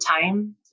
time